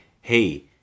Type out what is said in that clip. hey